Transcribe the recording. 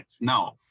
No